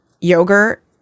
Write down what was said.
yogurt